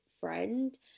friend